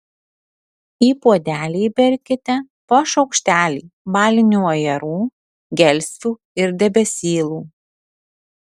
į puodelį įberkite po šaukštelį balinių ajerų gelsvių ir debesylų